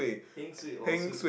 heng suay or suay